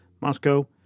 Moscow